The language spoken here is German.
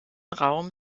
raum